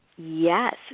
Yes